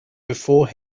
before